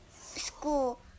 school